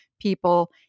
people